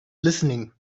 listening